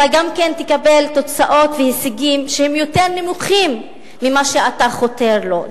אתה גם תקבל תוצאות והישגים שהם יותר נמוכים ממה שאתה חותר לו,